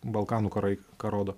balkanų karai ką rodo